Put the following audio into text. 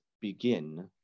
begin